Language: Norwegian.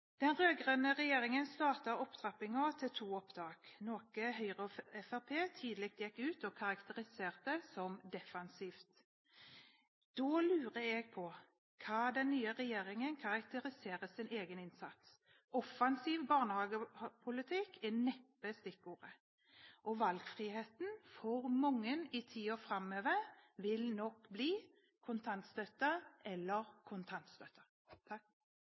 Den rød-grønne regjeringen startet opptrappingen til to opptak, noe Høyre og Fremskrittspartiet tidlig gikk ut og karakteriserte som defensivt. Da lurer jeg på hva den nye regjeringen karakteriserer sin egen innsats som. Offensiv barnehagepolitikk er neppe stikkordet, og valgfriheten for mange i tiden framover vil nok bli kontantstøtte eller kontantstøtte.